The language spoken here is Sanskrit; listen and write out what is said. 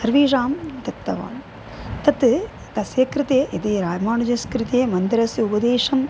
सर्वेषां दत्तवान् तत् तस्य कृते यदि रामानुजस्य कृते मन्दिरस्य उपदेशम्